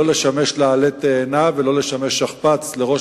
לא לשמש לה עלה תאנה ולא לשמש שכפ"ץ לראש